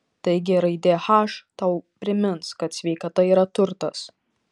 taigi raidė h tau primins kad sveikata yra turtas